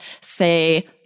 say